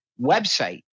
website